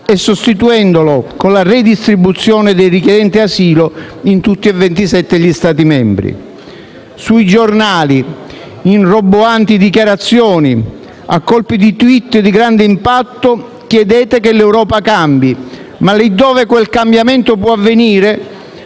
e sostituendolo con la redistribuzione dei richiedenti asilo in tutti e 27 gli Stati membri? Sui giornali, in roboanti dichiarazioni e a colpi di *tweet* di grande impatto chiedete che l'Europa cambi; ma lì dove quel cambiamento può avvenire